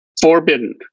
Forbidden